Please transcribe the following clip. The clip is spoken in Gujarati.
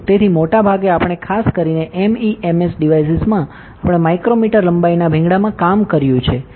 તેથી મોટાભાગે આપણે ખાસ કરીને MEMS ડિવાઇસીસમાં આપણે માઇક્રોમીટર લંબાઈના ભીંગડામાં કામ કર્યું છે